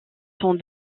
sont